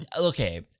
Okay